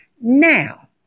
now